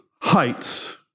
heights